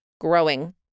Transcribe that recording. growing